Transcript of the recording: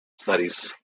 studies